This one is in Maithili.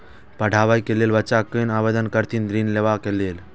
पढ़वा कै लैल बच्चा कैना आवेदन करथिन ऋण लेवा के लेल?